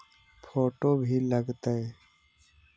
Photo भी लग तै?